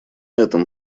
этом